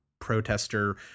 protester